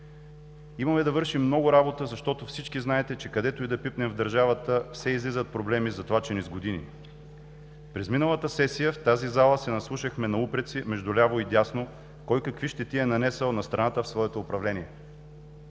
Имаме да вършим много работа, защото всички знаете, че където и да пипнем в държавата, все излизат проблеми, затлачени с години. През миналата сесия в тази зала се наслушахме на упреци между ляво и дясно кой какви щети е нанесъл на страната в своето управление.